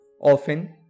Often